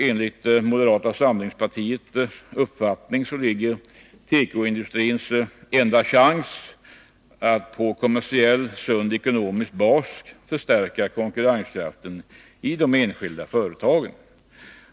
Enligt moderata samlingspartiets uppfattning ligger tekoindustrins enda chans i att på kommersiellt sund ekonomisk bas förstärka konkurrenskraften i de enskilda företagen.